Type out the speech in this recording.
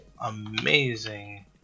amazing